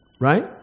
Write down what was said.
Right